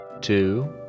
two